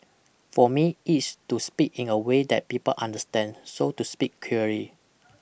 for me it's to speak in a way that people understand so to speak clearly